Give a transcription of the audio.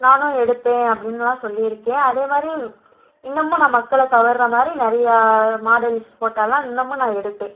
நானும் எடுப்பேன் அப்படின்லாம் சொல்லியிருக்கேன் அதே மாதிரி இன்னுமும் நான் மக்களை கவருற மாதிரி நிறையா மாடல்ஸ் ஃபோட்டாவெலாம் இன்னமும் நான் எடுப்பேன்